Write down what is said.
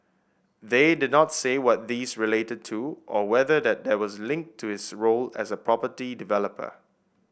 they did not say what these related to or whether that was linked to his role as a property developer